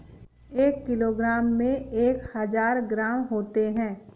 एक किलोग्राम में एक हजार ग्राम होते हैं